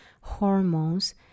hormones